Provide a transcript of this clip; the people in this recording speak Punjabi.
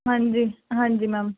ਹਾਂਜੀ ਹਾਂਜੀ ਮੈਮ